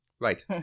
Right